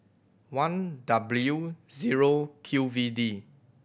one W zero Q V D